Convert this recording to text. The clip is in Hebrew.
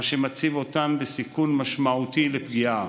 דבר שמציב אותן בסיכון משמעותי לפגיעה.